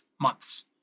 months